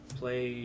play